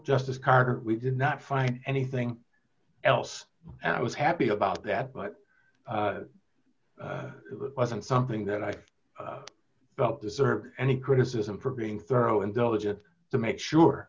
justice carter we did not find anything else and i was happy about that but it wasn't something that i felt this or any criticism for being thorough and diligent to make sure